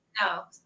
no